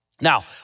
Now